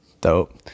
Dope